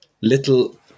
Little